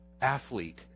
athlete